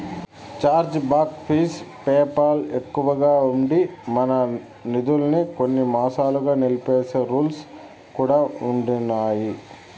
charge back fees PayPal ఎక్కువగా ఉండి, మన నిదుల్మి కొన్ని మాసాలుగా నిలిపేసే రూల్స్ కూడా ఉండిన్నాయి